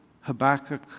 Habakkuk